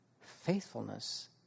Faithfulness